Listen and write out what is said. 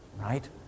right